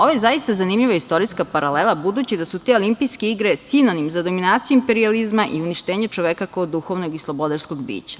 Ovo je zaista zanimljiva istorijska paralela, budući da su te olimpijske igre sinonim za dominaciju imperijalizma i uništenje čoveka kao duhovnog i slobodarskog bića.